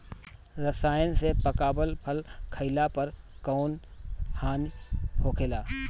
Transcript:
रसायन से पकावल फल खइला पर कौन हानि होखेला?